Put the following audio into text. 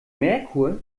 merkur